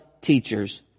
teachers